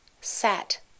sat